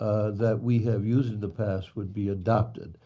that we have used in the past would be adopted.